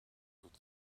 with